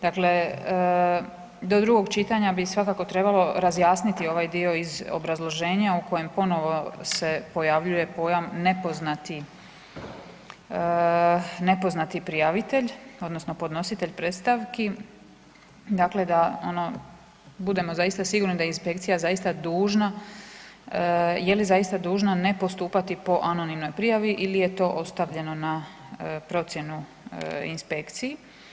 Dakle, do drugog čitanja bi svakako trebalo razjasniti ovaj dio iz obrazloženja u kojem ponovo se pojavljuje pojam „nepoznati prijavitelj“, odnosno podnositelj predstavki, dakle, da ono budemo zaista sigurno da inspekcija zaista dužna, je li zaista dužna ne postupati po anonimnoj prijavi ili je to ostavljeno na procjenu inspekciji.